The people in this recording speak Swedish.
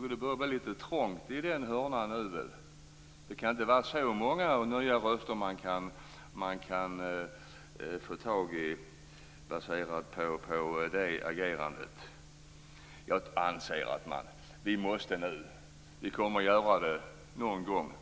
Det börjar bli litet trångt i den hörnan. Det kan inte vara så många nya röster man kan få tag i baserat på det agerandet. Vi måste göra det någon gång,